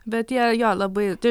bet jie jo labai tai